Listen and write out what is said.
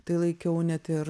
tai laikiau net ir